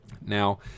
Now